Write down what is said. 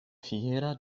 fiera